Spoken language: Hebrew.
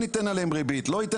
וכן אתן עליהם ריבית או לא,